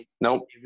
Nope